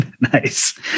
Nice